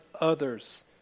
others